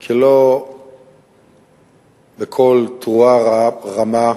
כי לא בקול תרועה רמה,